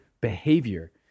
behavior